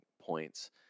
points